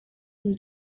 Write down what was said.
him